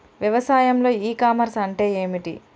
వ్యవసాయంలో e commerce అంటే ఏమిటి?